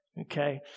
Okay